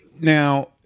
Now